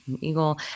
Eagle